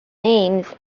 names